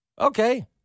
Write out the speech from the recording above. Okay